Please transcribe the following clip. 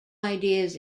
ideas